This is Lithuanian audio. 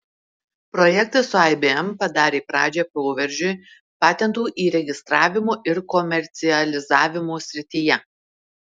projektas su ibm padarė pradžią proveržiui patentų įregistravimo ir komercializavimo srityje